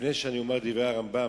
לפני שאני אומר דברי הרמב"ם,